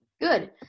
Good